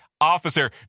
officer